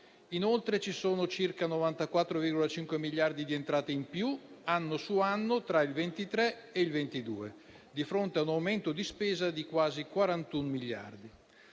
Inoltre, ci sono circa 94,5 miliardi di entrate in più anno su anno tra il 2023 e il 2022, di fronte a un aumento di spesa di quasi 41 miliardi.